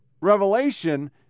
revelation